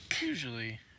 usually